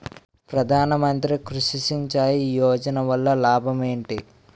ప్రధాన మంత్రి కృషి సించాయి యోజన వల్ల లాభం ఏంటి?